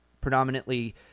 predominantly